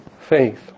faith